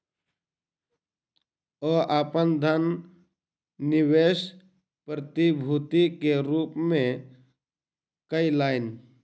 ओ अपन धन निवेश प्रतिभूति के रूप में कयलैन